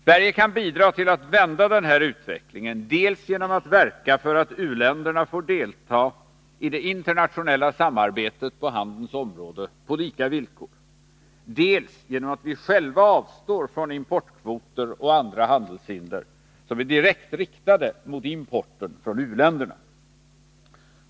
Sverige kan bidra till att vända den här utvecklingen, dels genom att verka för att u-länderna får delta i det internationella samarbetet på handelns område på lika villkor, dels genom att vi själva avstår från importkvoter och andra handelshinder som är direkt riktade mot importen från u-länderna.